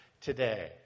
today